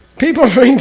people i mean